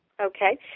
Okay